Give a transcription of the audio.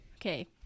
okay